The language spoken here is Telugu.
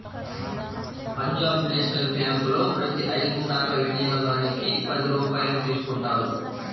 పంజాబ్ నేషనల్ బ్యేంకులో ప్రతి ఐదు సార్ల వినియోగానికి పది రూపాయల్ని తీసుకుంటారు